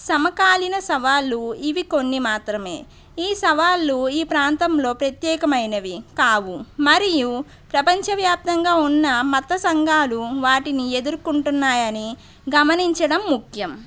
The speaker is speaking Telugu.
సమకాలిన సవాళ్ళు ఇవి కొన్ని మాత్రమే ఈ సవాళ్ళు ఈ ప్రాంతంలో ప్రత్యేకమైనవి కావు మరియు ప్రపంచ వ్యాప్తంగా ఉన్న మత సంఘాలు వాటిని ఎదుర్కొంటున్నాయని గమనించడం ముఖ్యం